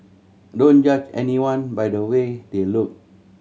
don't judge anyone by the way they look